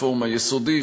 לרפורמה יסודית,